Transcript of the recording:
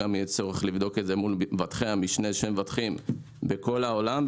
יהיה צורך לבדוק את זה מול מבטחי המשנה שמבטחים בכל העולם.